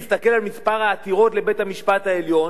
להסתכל על מספר העתירות לבית-המשפט העליון,